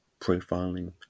profiling